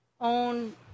own